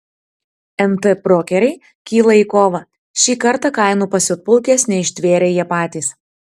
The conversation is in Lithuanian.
nt brokeriai kyla į kovą šį kartą kainų pasiutpolkės neištvėrė jie patys